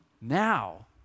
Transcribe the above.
Now